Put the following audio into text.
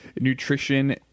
nutrition